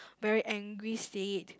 very angry state